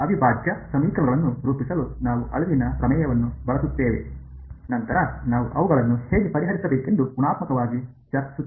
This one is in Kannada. ಅವಿಭಾಜ್ಯ ಸಮೀಕರಣಗಳನ್ನು ರೂಪಿಸಲು ನಾವು ಅಳಿವಿನ ಪ್ರಮೇಯವನ್ನು ಬಳಸುತ್ತೇವೆ ನಂತರ ನಾವು ಅವುಗಳನ್ನು ಹೇಗೆ ಪರಿಹರಿಸಬೇಕೆಂದು ಗುಣಾತ್ಮಕವಾಗಿ ಚರ್ಚಿಸುತ್ತೇವೆ